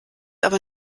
aber